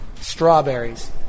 Strawberries